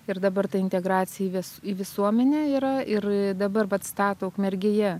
ir dabar ta integracija į vis visuomenę yra ir dabar vat stato ukmergėje